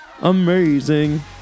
amazing